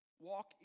Walk